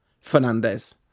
Fernandez